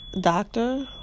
Doctor